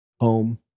Home